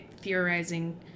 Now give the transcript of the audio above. theorizing